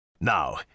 Now